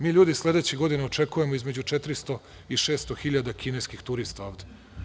Mi ljudi sledeće godine očekujemo između 400 i 600 hiljada kineskih turista ovde.